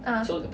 uh